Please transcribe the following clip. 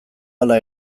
hala